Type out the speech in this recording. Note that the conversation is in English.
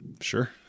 Sure